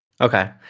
Okay